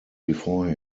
before